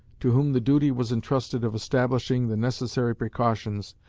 to whom the duty was entrusted of establishing the necessary precautions,